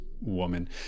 woman